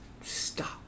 stop